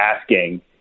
asking